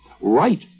right